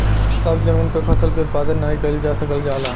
सभ जमीन पे फसल क उत्पादन नाही कइल जा सकल जाला